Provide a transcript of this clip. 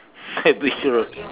said be sure